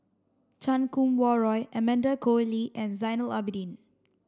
Chan Kum Wah Roy Amanda Koe Lee and Zainal Abidin